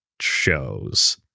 shows